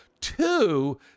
two